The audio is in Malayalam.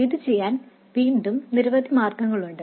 ഇത് ചെയ്യാൻ വീണ്ടും നിരവധി മാർഗങ്ങളുണ്ട്